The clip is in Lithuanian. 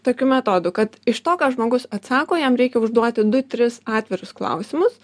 tokiu metodu kad iš to ką žmogus atsako jam reikia užduoti du tris atvirus klausimus